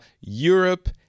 Europe